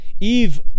Eve